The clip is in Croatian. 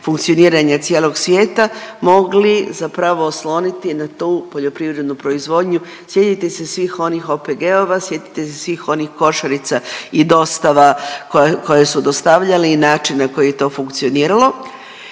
funkcioniranja cijelog svijeta mogli zapravo osloniti na tu poljoprivrednu proizvodnju. Sjetite se svih onih OPG-ova, sjetite se svih onih košarica i dostava koja su dostavljali i način na koji je to funkcioniralo